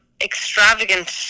extravagant